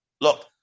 Look